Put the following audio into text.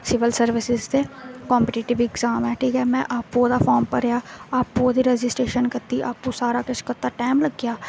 civil services दे competitive exam ऐ ठीक ऐ में आपूं ओहदा फार्म भरेआ आपूं ओह्दी रजिस्ट्रेशन कीती आपूं सारा किश कीता टैम नेईं लग्गेआ